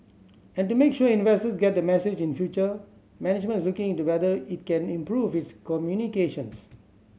and to make sure investors get the message in future management is looking into whether it can improve its communications